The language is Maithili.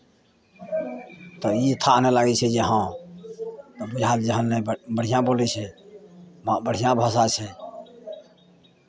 पर ई थाह नहि लागै छै जे हँ जहाँ जहाँ नहि ब बढ़िआँ बोलै छै वहाँ बढ़िआँ भाषा छै